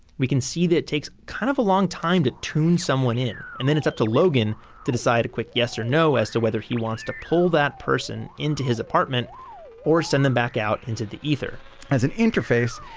we can see that it takes kind of a long time to tune someone in and then it's up to logan to decide a quick yes or no as to whether he wants to pull that person into his apartment or send them back out into the ether as an interface,